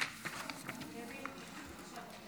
נתקבל.